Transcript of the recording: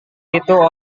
itu